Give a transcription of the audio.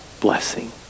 blessing